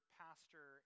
pastor